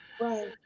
right